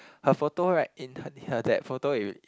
her photo right in her her that photo you